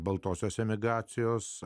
baltosios emigracijos